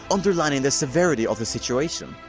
underlining the severity of the situation.